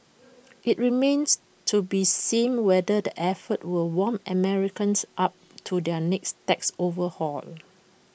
IT remains to be seen whether the efforts will warm Americans up to the tax overhaul